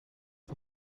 for